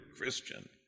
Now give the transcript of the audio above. Christian